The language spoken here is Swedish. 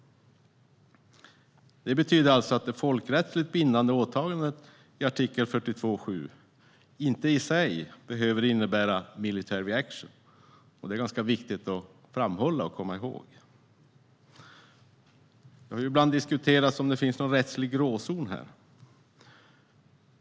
Det betyder att det folkrättsligt bindande åtagandet i artikel 42.7 inte i sig behöver innebära "military action". Det är ganska viktigt att framhålla och komma ihåg det. Det har ibland diskuterats om det finns någon rättslig gråzon här.